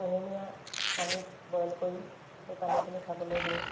কুহুমীয়া পানীত বইল কৰি সেই পানীখিনি খাবলৈ দিওঁ